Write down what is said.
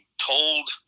told